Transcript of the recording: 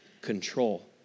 control